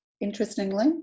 interestingly